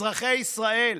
אזרחי ישראל,